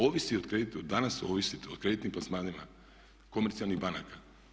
Ovisi o kreditu, danas ovisite o kreditnim plasmanima komercijalnih banaka.